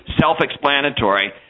self-explanatory